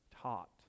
taught